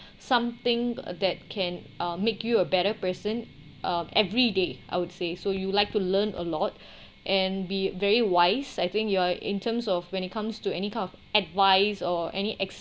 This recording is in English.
something uh that can um make you a better person uh every day I would say so you like to learn a lot and be very wise I think you are in terms of when it comes to any kind of advice or any ex~